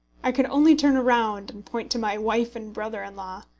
i could only turn round, and point to my wife and brother-in-law.